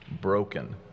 broken